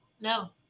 no